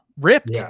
ripped